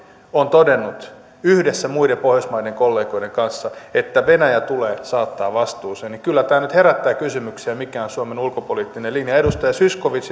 soini on todennut yhdessä muiden pohjoismaiden kollegoiden kanssa että venäjä tulee saattaa vastuuseen kyllä tämä nyt herättää kysymyksiä siitä mikä on suomen ulkopoliittinen linja